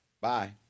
Bye